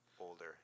Older